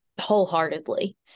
wholeheartedly